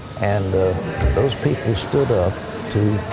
and those people stood up to,